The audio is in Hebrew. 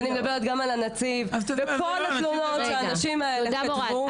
ואני מדברת גם על הנציב וכל התלונות שהאנשים האלה כתבו